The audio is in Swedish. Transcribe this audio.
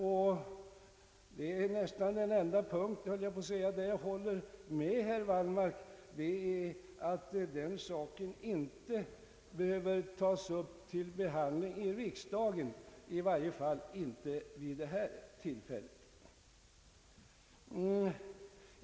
Detta sista är för övrigt nästan den enda punkt, höll jag på att säga, där jag håller med herr Wallmark om att saken inte behöver tas upp till behandling i riksdagen, i varje fall inte vid detta tillfälle.